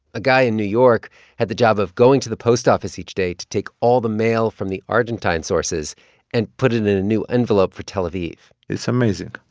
a guy in new york had the job of going to the post office each day to take all the mail from the argentine sources and put it in a new envelope for tel aviv it's amazing.